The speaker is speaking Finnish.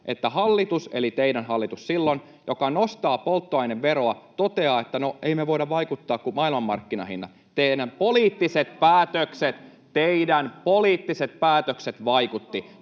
että hallitus, eli teidän hallitus silloin, joka nostaa polttoaineveroa, toteaa, että no ei me voida vaikuttaa, kun maailmanmarkkinahinnat. Teidän poliittiset päätöksenne vaikuttivat. Totesin siinä